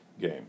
game